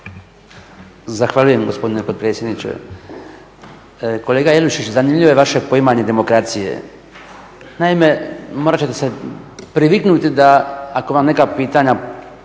Zahvaljujem gospodine potpredsjedniče. Kolega Jelušić zanimljivo je vaše poimanje demokracije. Naime, morat ćete se priviknuti da ako vam neka pitanja